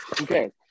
Okay